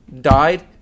died